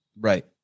Right